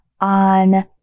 on